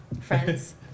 friends